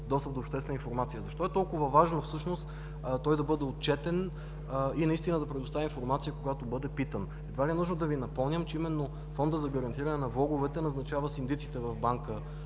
достъп до обществена информация. Защо е толкова важно той да бъде отчетен и да предостави информация, когато бъде питан? Едва ли е нужно да Ви напомням, че именно Фондът за гарантиране на влоговете назначава синдиците в банка